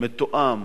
מתואם